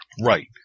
Right